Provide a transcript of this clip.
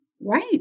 Right